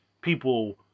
people